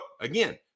again